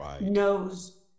knows